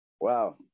Wow